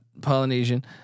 Polynesian